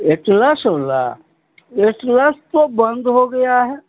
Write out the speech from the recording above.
Atlas वाला Atlas तो बंद हो गया है